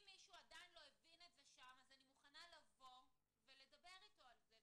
אם מישהו עדיין לא הבין את זה שם אז אני מוכנה לבוא ולדבר אתו על זה,